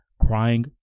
crying